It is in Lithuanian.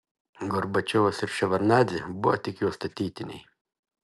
gorbačiovas ir ševardnadzė buvo tik jo statytiniai